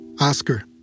Oscar